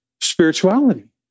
spirituality